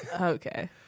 Okay